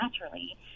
naturally